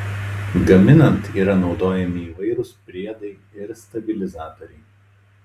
gaminant yra naudojami įvairūs priedai ir stabilizatoriai